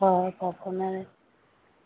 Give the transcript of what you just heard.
ꯍꯣꯏ ꯄꯥꯎ ꯐꯥꯎꯅꯔꯁꯤ